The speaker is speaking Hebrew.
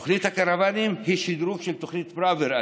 אגב, תוכנית הקרוונים היא שדרוג של תוכנית פראוור,